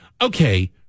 okay